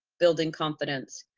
building confidence.